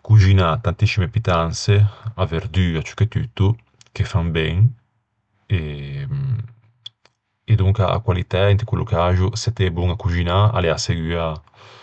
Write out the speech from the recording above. coxinâ tantiscime pittanse, a verdua ciù che tutto, che fa ben. E donca a qualitæ inte quello caxo, se t'ê bon à coxinâ, a l'é asseguâ.